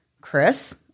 Chris